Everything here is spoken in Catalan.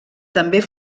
també